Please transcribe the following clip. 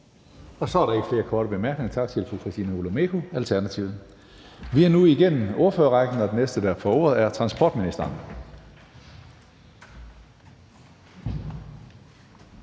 Så er der ikke flere korte bemærkninger. Tak til fru Christina Olumeko, Alternativet. Vi er nu igennem ordførerrækken, og den næste, der får ordet, er transportministeren.